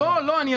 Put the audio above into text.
כן, כן.